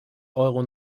euro